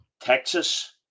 texas